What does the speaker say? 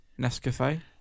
Nescafe